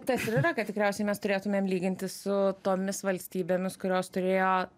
tas ir yra kad tikriausiai mes turėtumėm lygintis su tomis valstybėmis kurios turėjo